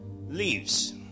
leaves